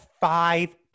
five